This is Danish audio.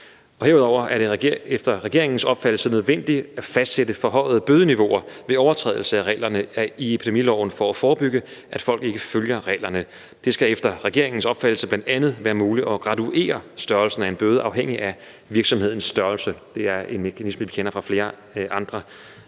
Herudover er det efter regeringens opfattelse nødvendigt at fastsætte forhøjede bødeniveauer ved overtrædelse af reglerne i epidemiloven for at forebygge, at folk ikke følger reglerne. Det skal efter regeringens opfattelse bl.a. være muligt at graduere størrelsen af en bøde, afhængigt af virksomhedens størrelse. Det er en mekanisme, som vi også kender fra flere andre